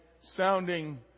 sounding